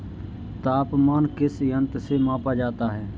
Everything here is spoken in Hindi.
तापमान किस यंत्र से मापा जाता है?